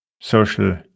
social